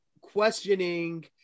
questioning